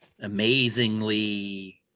amazingly